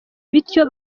bityo